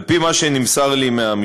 1. על-פי מה שנמסר לי מהמשטרה,